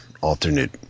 alternate